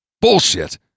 Bullshit